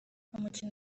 umukino